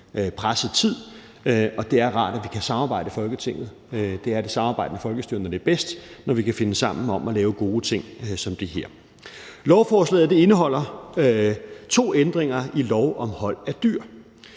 presset tid, og det er rart, at vi kan samarbejde i Folketinget. Det er det samarbejdende folkestyre, når det er bedst, når vi kan finde sammen om at lave gode ting som det her. Lovforslaget indeholder to ændringer i lov om hold af dyr.